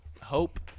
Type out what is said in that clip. hope